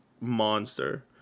monster